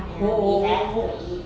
ya we have to eat